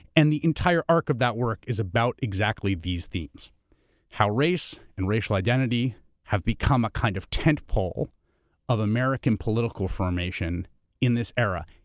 and the entire arc of that work is about exactly these themes how race and racial identity have become a kind of tent pole of american political formation in this era,